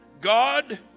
God